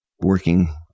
working